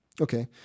okay